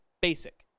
basic